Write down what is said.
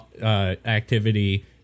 activity